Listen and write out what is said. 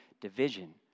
division